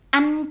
anh